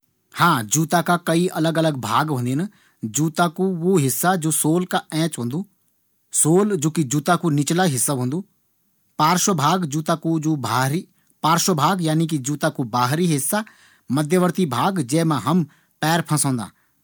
हाँ! जूता का कई अलग अलग भाग होंदिन। जूता कू वू हिस्सा जू सोल का एंच ओंदू, सोल जू कि जूता कू निचला हिस्सा होंदु। पार्श्व भाग यानि कि जूता कू बाहरी हिस्सा। मध्यवर्ती भाग जै मा हम पैर फंसोंदा।